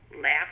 laugh